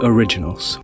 Originals